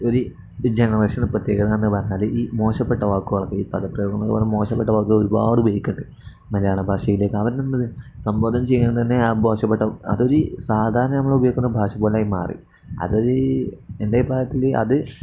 ഒരു ജനറേഷൻ പൃത്യേകത എന്നു പറഞ്ഞാൽ ഈ മോശപ്പെട്ട വാക്കുകുകളക്കെ ഈ പദപ്രയോഗങ്ങൾ പറഞ്ഞാൽ മോശപ്പെട്ട വാക്കുൾ ഒരുപാട് ഉപയോഗിക്കലുണ്ട് മലയാള ഭാഷയിലേക്ക് അബിസംബോധം ചെയ്യുക തന്നെ ആ ബോഷപ്പെട്ട അതൊരു സാധാരണ നമ്മൾ ഉപയോഗിക്കുന്ന ഭാഷ പോലായി മാറി അതൊരു എൻ്റെ പ്രായത്തിൽ അത്